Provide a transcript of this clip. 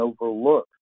overlook